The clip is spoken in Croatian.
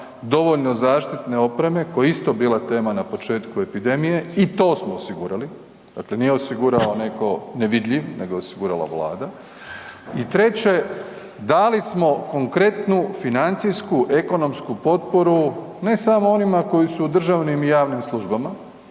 dovoljno zaštitne opreme koja je isto bila tema na početku epidemije, i to smo osigurali, dakle nije osigurao neko nevidljiv nego je osigurala vlada i treće, dali smo konkretnu financijsku ekonomsku potporu ne samo onima koji su u državnim i javnim službama,